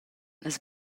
las